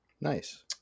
Nice